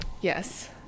Yes